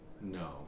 No